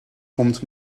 komt